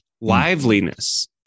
liveliness